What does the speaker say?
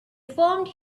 formed